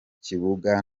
kibuga